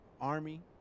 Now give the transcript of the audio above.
army